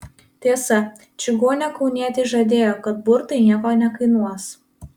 tiesa čigonė kaunietei žadėjo kad burtai nieko nekainuos